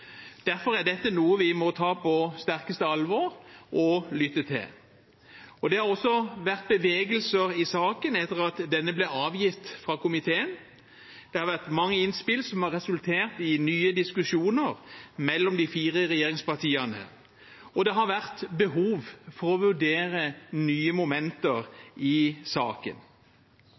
Derfor er dette noe vi må ta på sterkeste alvor og lytte til. Det har også vært bevegelse i saken etter at denne ble avgitt fra komiteen. Det har vært mange innspill, som har resultert i nye diskusjoner mellom de fire regjeringspartiene, og det har vært behov for å vurdere nye momenter i saken.